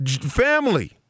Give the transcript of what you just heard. family